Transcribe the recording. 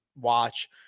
watch